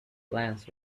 plans